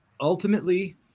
ultimately